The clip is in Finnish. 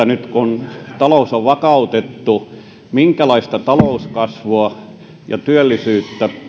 nyt kun talous on vakautettu minkälaista talouskasvua ja työllisyyttä